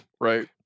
Right